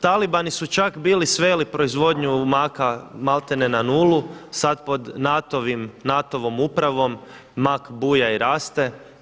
Talibani su čak bili sveli proizvodnju maka malte ne na nulu, sada pod NATO-vom upravom mak buja i raste.